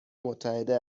متحده